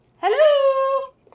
Hello